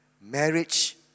Marriage